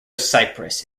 cypress